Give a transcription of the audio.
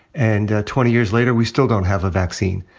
and twenty years later, we still don't have a vaccine.